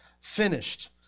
finished